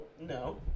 No